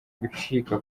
gucika